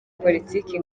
politiki